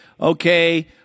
okay